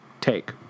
take